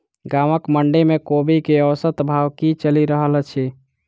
गाँवक मंडी मे कोबी केँ औसत भाव की चलि रहल अछि?